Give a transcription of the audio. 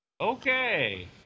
Okay